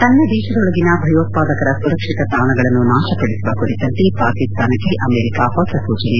ತನ್ನ ದೇಶದೊಳಗಿನ ಭಯೋತ್ಪಾದಕರ ಸುರಕ್ಷಿತ ತಾಣಗಳನ್ನು ನಾಶಪಡಿಸುವ ಕುರಿತಂತೆ ಪಾಕಿಸ್ತಾನಕ್ಕೆ ಅಮೆರಿಕ ಹೊಸ ಸೂಚನೆ ನೀಡಿದೆ